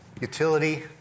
utility